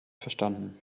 verstanden